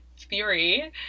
theory